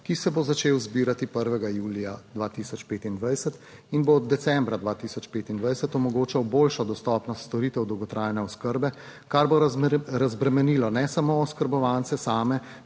ki se bo začel zbirati 1. julija 2025 in bo od decembra 2025 omogočal boljšo dostopnost storitev dolgotrajne oskrbe, kar bo razbremenilo ne samo oskrbovance same,